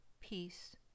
Peace